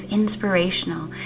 inspirational